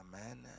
Amen